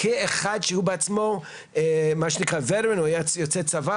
כאחד שהוא בעצמו יוצא צבא,